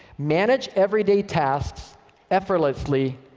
manage everyday tasks effortlessly,